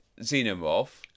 xenomorph